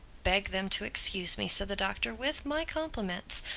beg them to excuse me, said the doctor with my compliments.